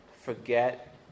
forget